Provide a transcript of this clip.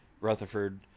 rutherford